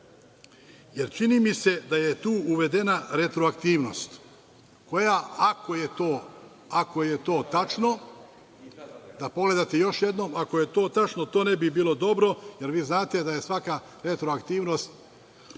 Jer, čini mi se da je tu uvedena retroaktivnost. Ako je to tačno, da pogledate još jednom, ali, ako je to tačno, to ne bi bilo dobro, jer vi znate da je svaka retroaktivnost